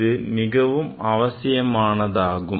இது மிகவும் அவசியமானதாகும்